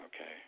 Okay